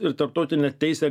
ir tarptautine teise